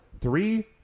Three